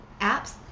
Apps